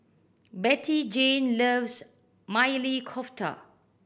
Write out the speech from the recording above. Bettyjane loves Maili Kofta